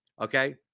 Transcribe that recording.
Okay